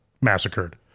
massacred